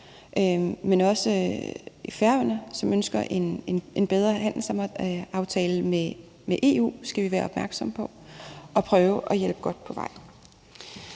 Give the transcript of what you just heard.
men også Færøerne, som ønsker en bedre handelsaftale med EU, skal vi være opmærksomme på og prøve at hjælpe godt på vej.